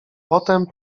potem